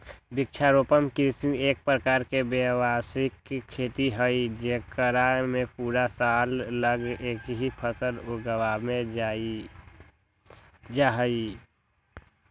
वृक्षारोपण कृषि एक प्रकार के व्यावसायिक खेती हई जेकरा में पूरा साल ला एक ही फसल उगावल जाहई